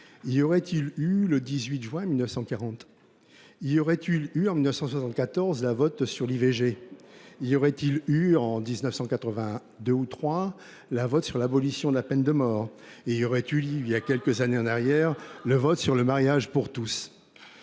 y aurait il eu le 18 juin 1940 ? Y aurait il eu, en 1974, un vote sur l’IVG ? Y aurait il eu, en 1982 ou 1983, un vote sur l’abolition de la peine de mort ? En 1981 ! Et, il y a quelques années, y aurait il eu le vote sur le mariage pour tous ?